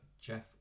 Jeff